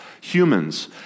humans